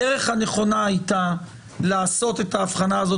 הדרך הנכונה הייתה לעשות את ההבחנה הזאת